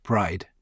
Pride